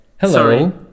Hello